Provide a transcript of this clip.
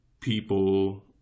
people